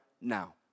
now